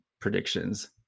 predictions